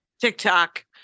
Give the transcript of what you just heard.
tiktok